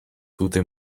tute